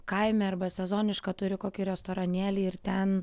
kaime arba sezonišką turi kokį restoranėlį ir ten